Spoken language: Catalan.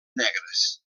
negres